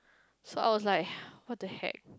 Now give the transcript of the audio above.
so I was like what the heck